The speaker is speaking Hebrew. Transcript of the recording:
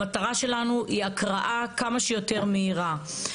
המטרה שלנו היא הקראה כמה שיותר מהירה.